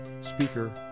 speaker